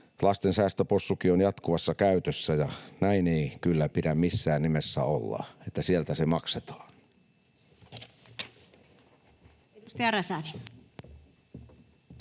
lasten säästöpossukin on jatkuvassa käytössä. Näin ei kyllä pidä missään nimessä olla, että sieltä se maksetaan.